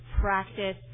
practice